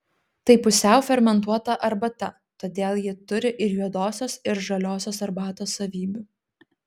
tai pusiau fermentuota arbata todėl ji turi ir juodosios ir žaliosios arbatos savybių